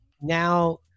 now